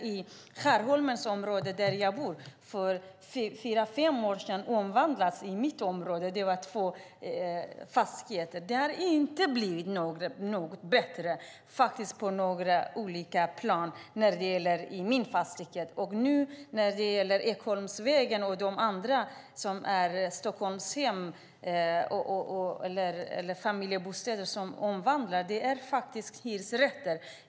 Jag bor i Skärholmen. För fyra fem år sedan omvandlades två fastigheter i mitt område. Det har inte blivit bättre i min fastighet. För fastigheterna på Ekholmsvägen och andra fastigheter som hör till Stockholmshem och Familjebostäder är det fråga om hyresrätter.